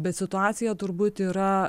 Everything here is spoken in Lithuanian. bet situacija turbūt yra